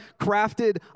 crafted